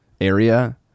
area